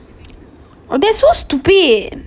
oh that's so stupid